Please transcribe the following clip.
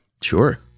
Sure